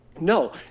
No